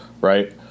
right